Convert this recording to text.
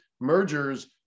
mergers